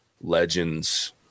legends